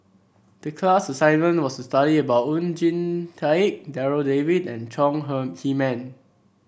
the class assignment was to study about Oon Jin Teik Darryl David and Chong Heman